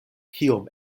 kiom